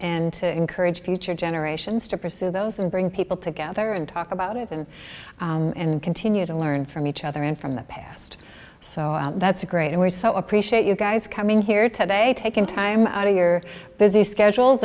and to encourage future generations to pursue those and bring people together and talk about it and continue to learn from each other and from the past so that's great and we so appreciate you guys coming here today taking time out of your busy schedules